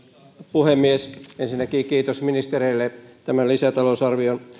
puhemies ensinnäkin kiitos ministereille tämän lisätalousarvion